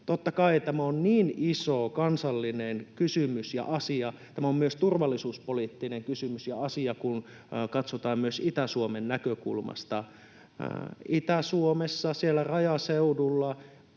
Totta kai tämä on iso kansallinen kysymys ja asia, tämä on myös turvallisuuspoliittinen kysymys ja asia, kun katsotaan myös Itä-Suomen näkökulmasta. Itä-Suomessa, siellä rajaseudulla,